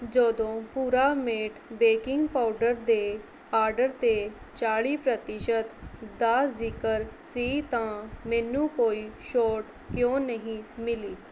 ਜਦੋਂ ਪੁਰਾਮੇਟ baking powder ਦੇ ਆਡਰ 'ਤੇ ਚਾਲ਼ੀ ਪ੍ਰਤੀਸ਼ਤ ਦਾ ਜ਼ਿਕਰ ਸੀ ਤਾਂ ਮੈਨੂੰ ਕੋਈ ਛੋਟ ਕਿਉਂ ਨਹੀਂ ਮਿਲੀ